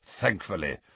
thankfully